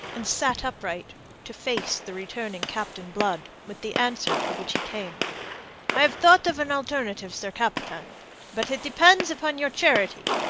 and sat upright to face the returning captain blood with the answer for which he came. i have thought of an alternative, sir captain but it depends upon your charity.